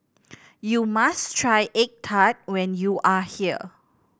you must try egg tart when you are here